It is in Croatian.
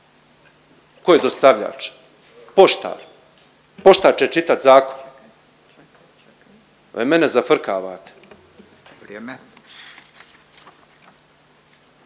Tko je dostavljač? Poštar? Poštar će čitati zakon? Vi mene zafrkavate?